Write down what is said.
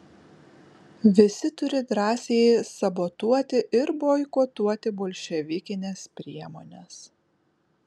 visi turi drąsiai sabotuoti ir boikotuoti bolševikines priemones